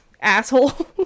asshole